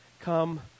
come